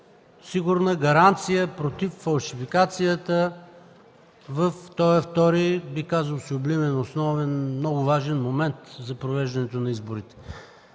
сигурна гаранция против фалшификацията в този втори, бих казал, сюблимен, основен, много важен момент за провеждането на изборите.